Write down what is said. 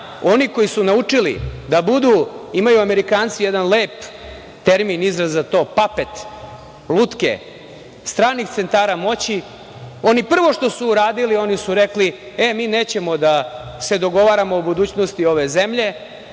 oni koji su naučili da budu… Imaju Amerikanci jedan lep termin, izraz za to – papet, lutke stranih centara moći. Prvo što su uradili jeste da su rekli – e, mi nećemo da se dogovaramo o budućnosti naše zemlje